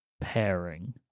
pairing